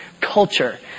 culture